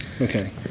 Okay